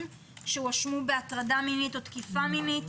שהואשמו בהטרדה מינית או בתקיפה מינית.